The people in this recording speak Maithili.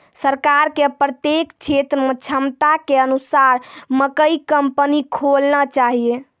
सरकार के प्रत्येक क्षेत्र मे क्षमता के अनुसार मकई कंपनी खोलना चाहिए?